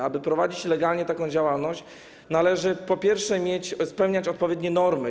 Aby prowadzić legalnie taką działalność, należy, po pierwsze, spełniać odpowiednie normy.